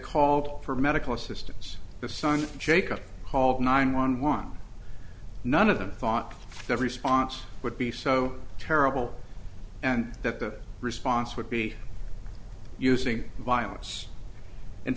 called for medical assistance the son jacob called nine one one none of them thought every sponsor would be so terrible and that the response would be using violence in